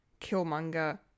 Killmonger